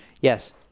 Yes